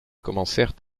commencèrent